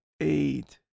eight